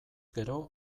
gero